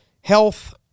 health